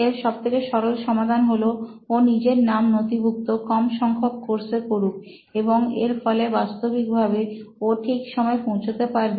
এর সবথেকে সরল সমাধান হলো ও নিজের নাম নথিভুক্ত কম সংখ্যক কোর্সে করুক এবং এর ফলে বাস্তবিক ভাবে ও ঠিক সময় পৌঁছতে পারবে